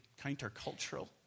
countercultural